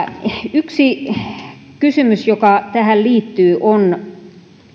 yksi kysymys joka tähän liittyy on